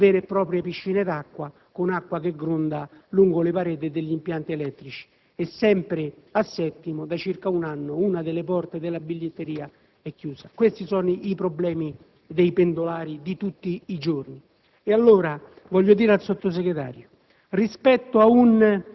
e Settimo Torinese sono vere e proprie piscine dove l'acqua gronda lungo le pareti degli impianti elettrici e sempre a Settimo da circa un anno una delle porte della biglietteria è chiusa. Questi sono i problemi dei pendolari di tutti giorni. Allora voglio dire al Sottosegretario